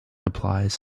applies